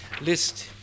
list